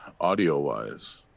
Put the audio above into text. audio-wise